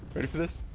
ready for this